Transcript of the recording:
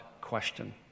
question